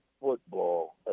football